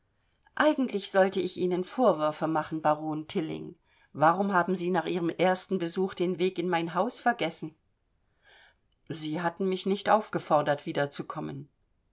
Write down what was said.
eigentlich sollte ich ihnen vorwürfe machen baron tilling warum haben sie nach ihrem ersten besuche den weg in mein haus vergessen sie hatten mich nicht aufgefordert wiederzukommen